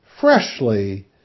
freshly